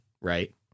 right